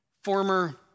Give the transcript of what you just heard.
former